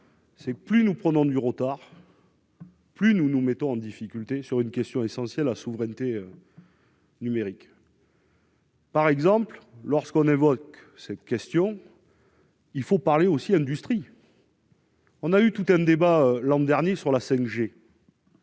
Primas : plus nous prenons du retard, plus nous nous mettons en difficulté sur une question essentielle, la souveraineté numérique. Et lorsque l'on évoque cette question, il faut parler aussi d'industrie. Nous avons eu tout un débat, l'an dernier, sur la 5G.